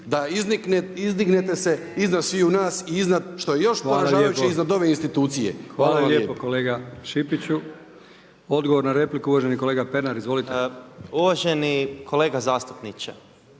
da izdignete se iznad sviju nas i iznad što je još poražavajuće iznad ove institucije. **Brkić, Milijan (HDZ)** Hvala lijepo kolega Šipiću. Odgovor na repliku uvaženi kolega Pernar. Izvolite. **Pernar,